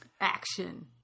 action